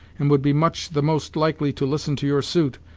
and would be much the most likely to listen to your suit,